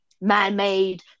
man-made